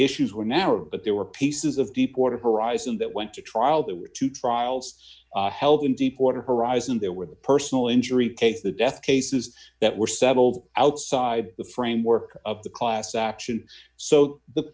issues were narrowed but there were pieces of deepwater horizon that went to trial there were two trials held in deepwater horizon there were the personal injury case the death cases that were settled outside the framework of the class action so the